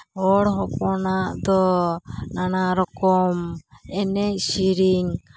ᱦᱚᱲ ᱦᱚᱯᱚᱱᱟᱜ ᱫᱚ ᱱᱟᱱᱟ ᱨᱚᱠᱚᱢ ᱮᱱᱮᱡ ᱥᱤᱨᱤᱧ